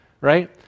right